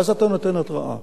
ואז אתה נותן התרעה.